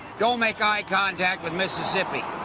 don't make eye-contact with mississippi,